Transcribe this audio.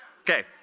Okay